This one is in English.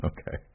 Okay